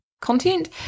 content